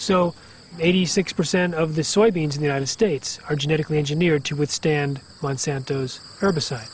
so eighty six percent of the soybeans in united states are genetically engineered to withstand monsanto's herbicide